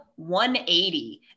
180